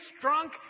drunk